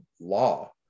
law